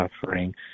suffering